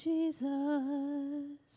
Jesus